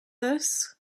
this